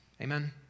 Amen